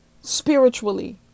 Spiritually